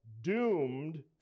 doomed